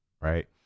right